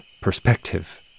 perspective